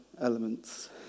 elements